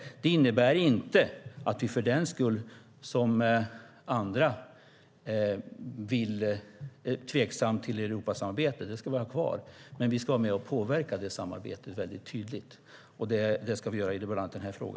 Det innebär inte att vi för den skull, som andra, är tveksamma till Europasamarbetet. Det ska vi ha kvar. Men vi ska vara med och påverka detta samarbete mycket tydligt. Det ska vi göra bland annat i denna fråga.